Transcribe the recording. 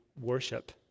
worship